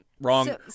wrong